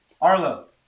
arlo